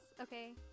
Okay